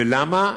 ולמה?